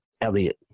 Elliot